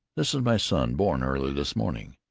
this is my son, born early this morning.